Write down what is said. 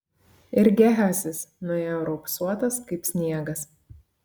ir gehazis nuėjo raupsuotas kaip sniegas